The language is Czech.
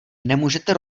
nemůžete